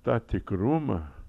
tą tikrumą